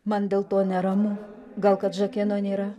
man dėl to neramu gal kad žakeno nėra